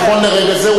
נכון לרגע זה,